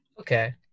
Okay